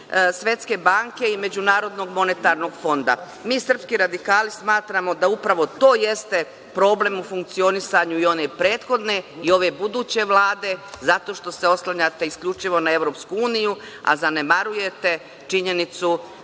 Svetske banke i MMF. Mi srpski radikali smatramo da upravo to jeste problem u funkcionisanju i one prethodne i ove buduće vlade zato što se oslanjate na isključivo na EU, a zanemarujete činjenicu